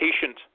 patient